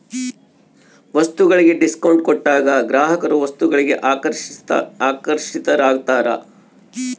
ವಸ್ತುಗಳಿಗೆ ಡಿಸ್ಕೌಂಟ್ ಕೊಟ್ಟಾಗ ಗ್ರಾಹಕರು ವಸ್ತುಗಳಿಗೆ ಆಕರ್ಷಿತರಾಗ್ತಾರ